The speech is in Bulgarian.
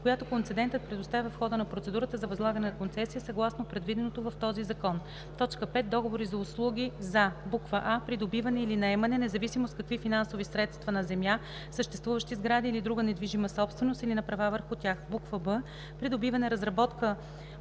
която концедентът предоставя в хода на процедура за възлагане на концесия съгласно предвиденото в този закон. 5. Договори за услуги за: а) придобиване или наемане, независимо с какви финансови средства, нa земя, съществуващи сгради или другa недвижимa собственост или на правa върху тях; б) придобиване, разработка,